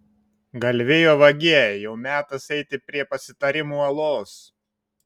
galvijų vagie jau metas eiti prie pasitarimų uolos